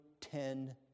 Ten